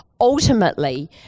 ultimately